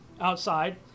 outside